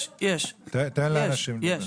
יש, יש.